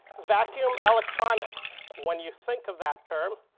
vacuum electronics when you think of that term,